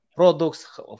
products